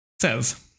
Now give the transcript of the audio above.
says